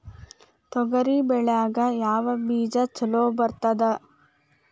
ತೊಗರಿ ಒಳಗ ಯಾವ ಬೇಜ ಛಲೋ ಬರ್ತದ?